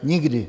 Nikdy!